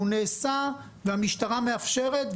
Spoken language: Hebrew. הוא נעשה והמשטרה מאפשרת.